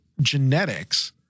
genetics